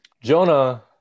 Jonah